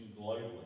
globally